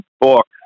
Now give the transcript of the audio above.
book